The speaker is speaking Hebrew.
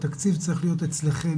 התקציב צריך להיות אצלכם.